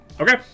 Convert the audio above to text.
Okay